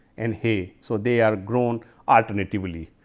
and hay so, they are grown alternatively.